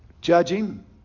judging